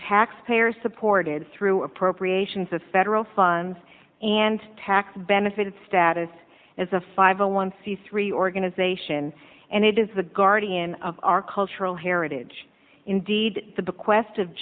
taxpayer supported through appropriations of federal funds and tax benefits status as a five hundred one c three organization and it is the guardian of our cultural heritage indeed the bequest of